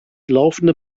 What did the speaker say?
laufende